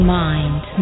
mind